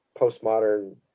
postmodern